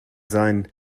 sein